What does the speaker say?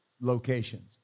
locations